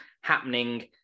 happening